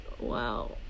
Wow